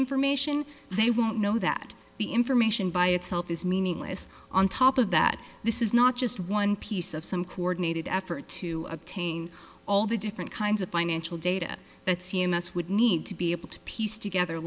information they won't know that the information by itself is meaningless on top of that this is not just one piece of some coordinated effort to obtain all the different kinds of financial data that c m s would need to be able to piece together